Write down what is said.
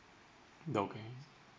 okay